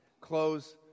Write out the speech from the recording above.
close